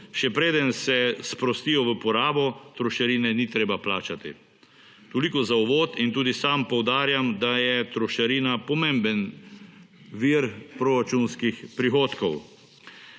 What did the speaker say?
še preden se sprostijo v porabo trošarine ni treba plačati. Toliko za uvod in tudi sam poudarjam, da je trošarina pomemben vir proračunskih prihodkov.